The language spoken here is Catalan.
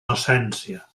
docència